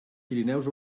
pirineus